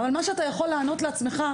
אבל מה שאתה יכול לענות לעצמך,